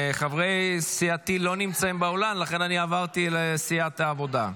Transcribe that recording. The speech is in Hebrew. חברת הכנסת טלי גוטליב גם מסייעת לי בניהול הישיבה,